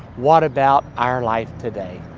what about our life today?